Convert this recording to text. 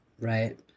right